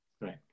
Right